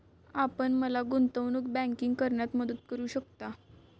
आपण मला गुंतवणूक बँकिंग करण्यात मदत करू शकता?